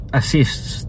assists